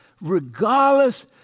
regardless